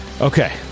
Okay